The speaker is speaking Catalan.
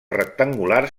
rectangulars